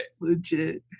Legit